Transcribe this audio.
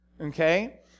Okay